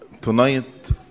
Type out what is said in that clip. Tonight